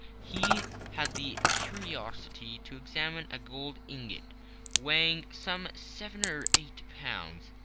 he had the curiosity to examine a gold ingot weighing some seven or eight pounds.